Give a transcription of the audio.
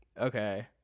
Okay